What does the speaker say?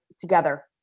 together